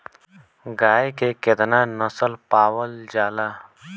गाय के केतना नस्ल पावल जाला?